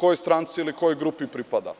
kojoj stranci ili kojoj grupi pripada.